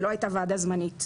היא לא הייתה ועדה זמנית.